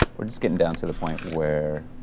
we're just getting down to the point where,